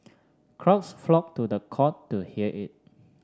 crowds flocked to the court to hear it